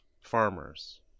farmers